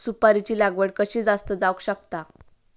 सुपारीची लागवड कशी जास्त जावक शकता?